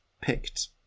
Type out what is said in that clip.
picked